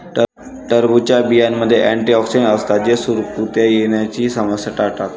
टरबूजच्या बियांमध्ये अँटिऑक्सिडेंट असतात जे सुरकुत्या येण्याची समस्या टाळतात